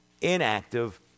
inactive